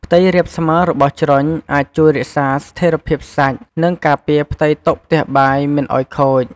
ផ្ទៃរាបស្មើរបស់ជ្រុញអាចជួយរក្សាស្ថេរភាពសាច់ និងការពារផ្ទៃតុផ្ទះបាយមិនឲ្យខូច។